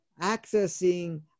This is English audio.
accessing